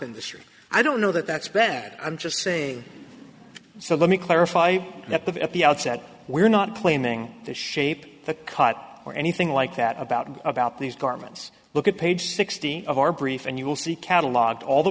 industry i don't know that that's bad i'm just saying so let me clarify that that at the outset we're not claiming the shape the cut or anything like that about and about these garments look at page sixty of our brief and you will see catalog all the